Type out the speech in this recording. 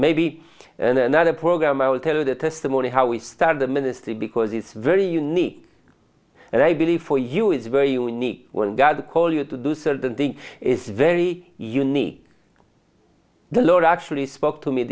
maybe another program i will tell you the testimony how we started the ministry because it's very unique and i believe for you is very unique when god call you to do certain things is very unique the lord actually spoke to me